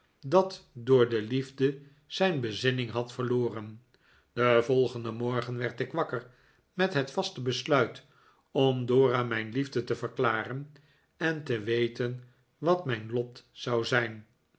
dat door de liefde zijn bezinning had verloren den volgenden morgen werd ik wakker met het vaste besluit om dora mijn liefde te verklaren en te weten wat mijn lot zou zijn